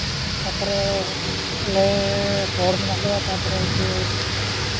ᱛᱟᱨᱯᱚᱨᱮ ᱟᱞᱮ ᱦᱚᱲ ᱢᱮᱱᱟᱜ ᱞᱮᱭᱟ ᱛᱟᱨᱯᱚᱨᱮ ᱩᱱᱠᱩ